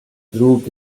ddrwg